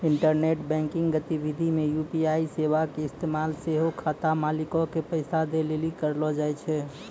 internet banking गतिविधि मे UPI सेबा के इस्तेमाल सेहो खाता मालिको के पैसा दै लेली करलो जाय छै